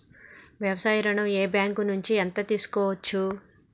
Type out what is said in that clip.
వ్యవసాయ ఋణం ఏ బ్యాంక్ నుంచి ఎంత తీసుకోవచ్చు?